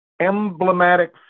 emblematic